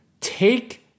take